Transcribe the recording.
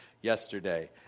yesterday